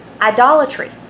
idolatry